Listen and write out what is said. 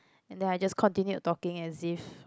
and then I just continued talking as if